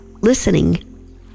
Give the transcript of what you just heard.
listening